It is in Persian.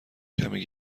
کمی